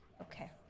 Okay